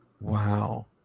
Wow